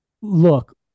Look